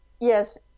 yes